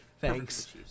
Thanks